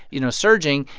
you know, surging,